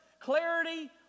Clarity